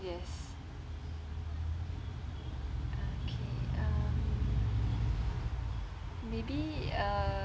yes okay um maybe uh